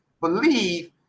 believe